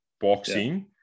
boxing